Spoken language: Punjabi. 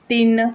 ਤਿੰਨ